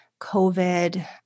COVID